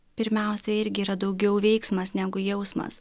pirmiausia irgi yra daugiau veiksmas negu jausmas